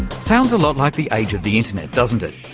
sounds a lot like the age of the internet doesn't it?